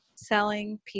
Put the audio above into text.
Selling